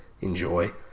enjoy